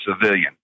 civilian